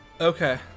Okay